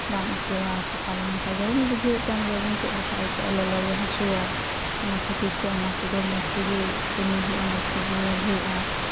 ᱵᱟᱢ ᱟᱹᱭᱠᱟᱹᱣᱟ ᱯᱷᱳᱠᱟ ᱞᱮᱱ ᱠᱷᱟᱡ ᱮᱢ ᱵᱩᱡᱷᱟᱹᱣᱮᱫ ᱠᱟᱱ ᱜᱮᱭᱟ ᱵᱚᱱ ᱪᱮᱫ ᱞᱮᱠᱟ ᱟᱹᱭᱠᱟᱹᱣᱼᱟ ᱞᱚᱞᱚ ᱜᱮ ᱦᱟᱹᱥᱩᱣᱟ ᱚᱱᱟ ᱠᱷᱟᱹᱛᱤᱨ ᱛᱮ ᱚᱱᱟ ᱠᱚᱫᱚ ᱢᱚᱡᱽ ᱛᱮᱜᱮ ᱠᱟᱹᱢᱤ ᱦᱩᱭᱩᱜᱼᱟ ᱢᱚᱡᱽ ᱛᱮᱜᱮ ᱧᱮᱞ ᱦᱩᱭᱜᱼᱟ